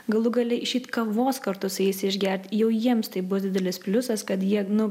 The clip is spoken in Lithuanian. galų gale išeit kavos kartu su jais išgert jau jiems tai bus didelis pliusas kad jie